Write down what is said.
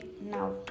now